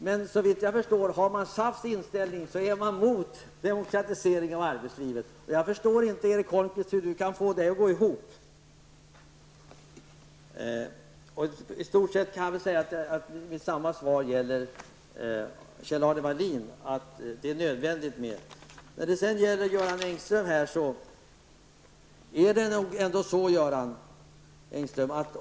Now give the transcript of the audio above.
Men såvitt jag förstår, om man har SAFs inställning, är man emot demokratisering i arbetslivet. Jag förstår inte hur Erik Holmkvist kan få det att gå ihop. I stort sett gäller samma svar för Kjell-Arne Welin.